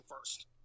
first